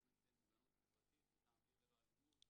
שנקראת: תוכנית מוגנות חברתית מטעם 'עיר ללא אלימות'